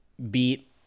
beat